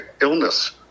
illness